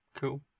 Cool